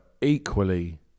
equally